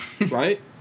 right